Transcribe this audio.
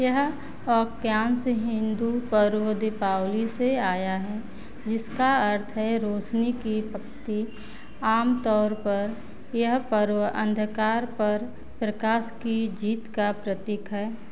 यह वाक्यांश हिंदू पर्व दीपावली से आया है जिसका अर्थ है रोशनी की पंक्ति आम तौर पर यह पर्व अंधकार पर प्रकाश की जीत का प्रतीक है